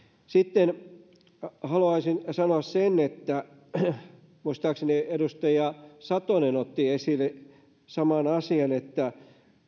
sitten haluaisin sanoa sen muistaakseni edustaja satonen otti esille saman asian että